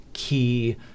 key